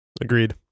agreed